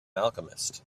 alchemist